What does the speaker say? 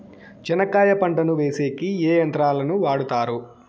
చెనక్కాయ పంటను వేసేకి ఏ యంత్రాలు ను వాడుతారు?